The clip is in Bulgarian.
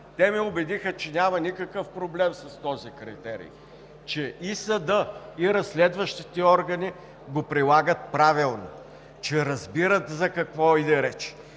Те ме убедиха, че няма никакъв проблем с този критерий, че и съдът, и разследващите органи го прилагат правилно, че разбират за какво иде реч,